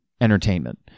entertainment